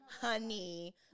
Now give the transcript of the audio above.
honey